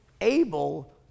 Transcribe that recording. able